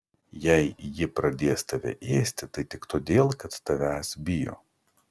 jei ji pradės tave ėsti tai tik todėl kad tavęs bijo